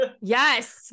yes